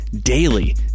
daily